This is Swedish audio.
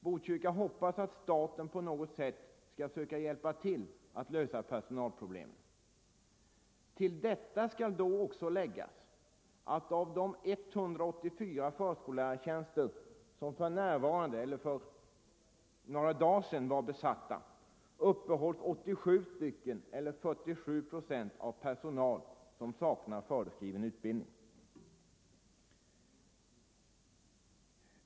Botkyrka kommun hoppas nu 27 november 1974 att staten på något sätt skall hjälpa till att försöka lösa personalproblemen. — Till detta skall också läggas att av de 184 förskollärartjänster som för Förskolan m.m. några dagar sedan var besatta uppehålls 87 stycken eller 47 procent av personal som saknar föreskriven utbildning.